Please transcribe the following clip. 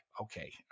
Okay